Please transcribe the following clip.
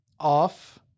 off